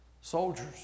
soldiers